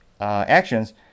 actions